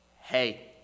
hey